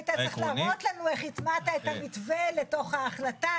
היית צריך להראות לנו איך הטמעת את המתווה לתוך ההחלטה.